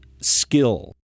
skill